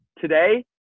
Today